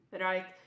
right